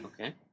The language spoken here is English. Okay